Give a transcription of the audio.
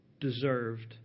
deserved